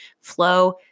flow